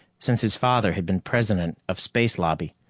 since his father had been president of space lobby.